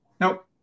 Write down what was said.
Nope